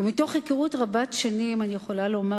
ומתוך היכרות רבת שנים אני יכולה לומר